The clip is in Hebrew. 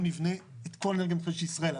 בואו ניבנה את כל האנרגיה המתחדשת בישראל.